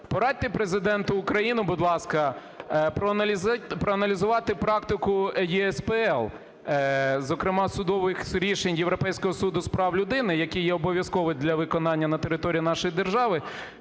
Порадьте Президенту України, будь ласка, проаналізувати практику ЄСПЛ, зокрема судових рішень Європейського суду з прав людини, які є обов’язкові для виконання на території нашої держави,